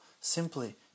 simply